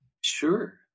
Sure